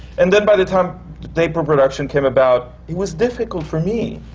and then, by the time the taper production came about, it was difficult for me.